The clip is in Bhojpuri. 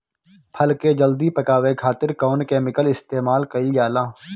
फल के जल्दी पकावे खातिर कौन केमिकल इस्तेमाल कईल जाला?